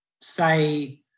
say